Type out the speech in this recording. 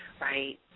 Right